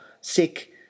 sick